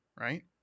Right